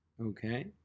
Okay